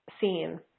seen